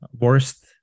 worst